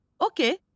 Okay